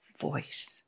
voice